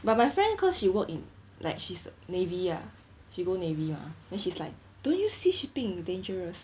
but my friend cause she work in like she's navy ah she go navy mah then she's like don't use sea shipping dangerous